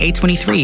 A23